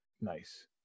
Nice